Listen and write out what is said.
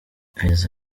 yagize